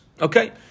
Okay